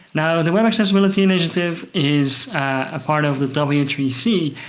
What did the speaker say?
now the web accessibility initiative is a part of the w three c,